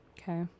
Okay